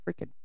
freaking